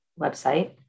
website